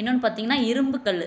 இன்னோண்னு பார்த்தீங்கன்னா இரும்புக்கல்